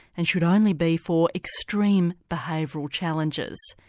and should only be for extreme behavioural challenges.